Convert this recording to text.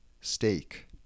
steak